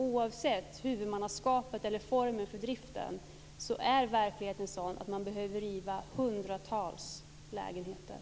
Oavsett formen för driften är verkligheten sådan att man behöver riva hundratals lägenheter.